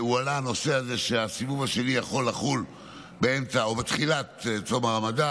הועלה הנושא הזה שהסיבוב השני יכול לחול באמצע או בתחילת צום הרמדאן.